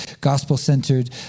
gospel-centered